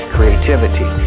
Creativity